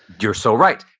you're so right.